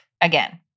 Again